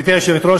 גברתי היושבת-ראש,